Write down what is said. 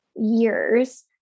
years